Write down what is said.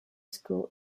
school